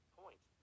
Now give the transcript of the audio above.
point